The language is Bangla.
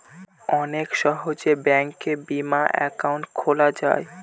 অনেক সহজে ব্যাঙ্কে বিমা একাউন্ট খোলা যায়